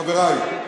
חברי,